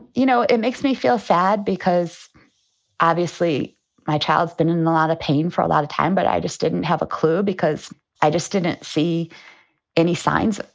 you know, it makes me feel sad because obviously my child's been in and a lot of pain for a lot of time, but i just didn't have a clue because i just didn't see any signs.